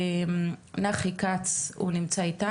לנחי כץ שנמצא איתנו.